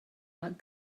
not